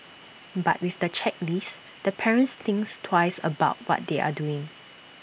but with the checklist the parents think twice about what they are doing